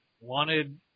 wanted